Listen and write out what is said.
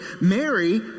Mary